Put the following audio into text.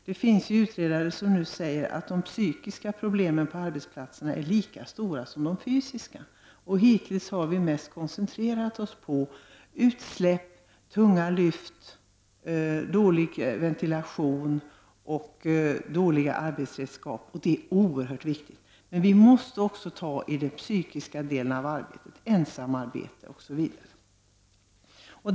Det finns utredare som säger att de psykiska problemen på arbetsplatserna är lika stora som de fysiska. Hittills har intresset mest varit koncentrerat på utsläpp, dålig ventilation, tunga lyft och dåliga arbetsredskap, vilket är oerhört viktigt, men man måste också ta tag i den psykiska delen av arbetet, som ensamarbete m.m.